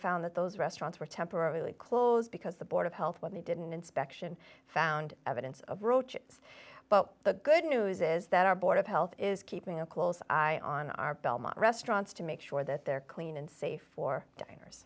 found that those restaurants were temporarily closed because the board of health when they did an inspection found evidence of roaches but the good news is that our board of health is keeping a close eye on our belmont restaurants to make sure that they're clean and safe for diners